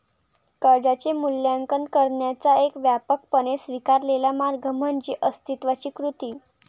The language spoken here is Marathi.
कर्जाचे मूल्यांकन करण्याचा एक व्यापकपणे स्वीकारलेला मार्ग म्हणजे अस्तित्वाची कृती